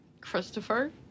Christopher